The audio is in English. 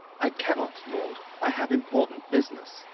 i cannot, lord i have important business,